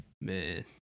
Man